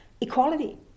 equality